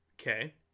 Okay